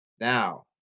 Now